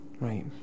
Right